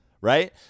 right